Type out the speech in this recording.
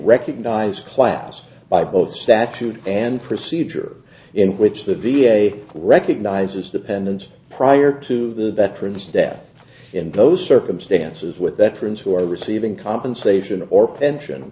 recognized class by both statute and procedure in which the v a recognizes dependents prior to the veterans death in those circumstances with that friends who are receiving compensation or